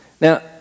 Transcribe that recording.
Now